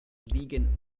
liegen